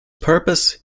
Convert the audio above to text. purpose